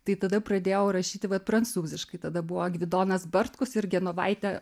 tai tada pradėjau rašyti vat prancūziškai tada buvo gvidonas bartkus ir genovaitė